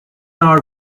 are